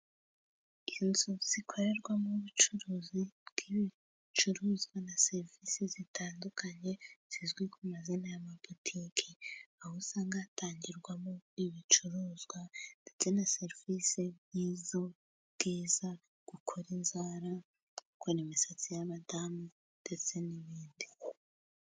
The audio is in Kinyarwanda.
Inzu zikorerwamo ubucuruzi bw'ibicuruzwa na serivisi zitandukanye, zizwi ku mazina y'amabutiki, aho usanga hatangirwamo ibicuruzwa ndetse na serivisi nk'iz'ubwiza, gukora inzara, gukora imisatsi y'abadamu, ndetse n'ibindi.